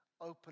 open